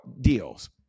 deals